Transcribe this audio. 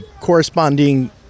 corresponding